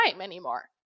anymore